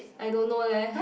I don't know leh